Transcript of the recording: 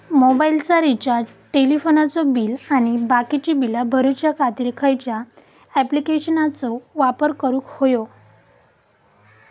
मोबाईलाचा रिचार्ज टेलिफोनाचा बिल आणि बाकीची बिला भरूच्या खातीर खयच्या ॲप्लिकेशनाचो वापर करूक होयो?